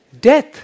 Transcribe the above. Death